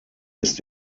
ist